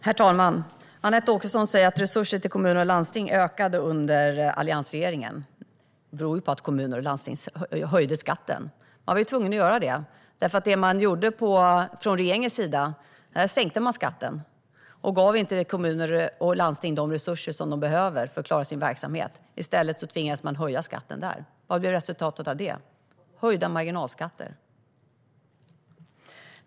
Herr talman! Anette Åkesson säger att resurserna till kommuner och landsting ökade under alliansregeringen. Det beror ju på att kommuner och landsting höjde skatten. Man var tvungen att göra det. Det man gjorde från regeringens sida var att sänka skatten. Därmed gav man inte kommuner och landsting de resurser de behövde för att klara sin verksamhet. I stället tvingades man höja skatten där. Vad blev resultatet av det? Höjda marginalskatter.